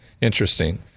Interesting